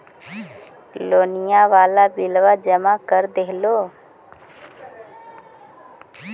लोनिया वाला बिलवा जामा कर देलहो?